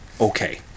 okay